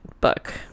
book